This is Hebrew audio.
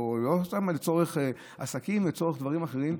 או לצורך עסקים ולצורך דברים אחרים,